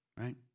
Right